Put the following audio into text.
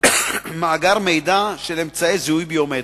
מאגר מידע של אמצעי זיהוי ביומטריים.